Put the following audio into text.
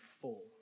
full